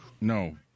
No